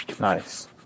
Nice